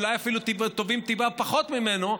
אולי אפילו טובים טיפה פחות ממנו,